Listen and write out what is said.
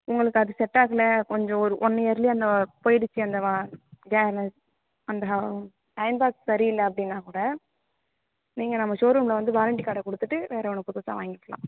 உங்களுக்கு அது செட் ஆகலை கொஞ்சம் ஒரு ஒன்இயர்லயே அந்த போய்டுச்சு அந்த அந்த அயன்பாக்ஸ் சரியில்லை அப்படின்னா கூட நீங்கள் நம்ம ஷோரூமில் வந்து வாரண்டி கார்டை கொடுத்துட்டு வேறு ஒன்றை புதுசாக வாங்கிக்கலாம்